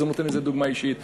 וזה נותן איזה דוגמה אישית.